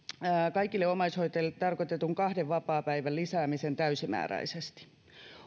kaikille omaishoitajille tarkoitetun kahden vapaapäivän lisäämisen täysimääräisesti